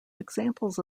examples